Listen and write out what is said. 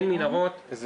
אין מנהרות.